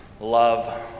love